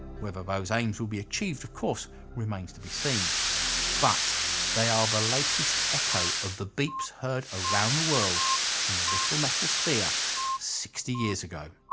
whether those aims will be achieved of course remains to be seen but they are the latest echo of the beeps heard around the world from a little metal sphere sixty years ago.